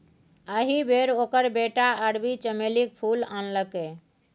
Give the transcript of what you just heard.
एहि बेर ओकर बेटा अरबी चमेलीक फूल आनलकै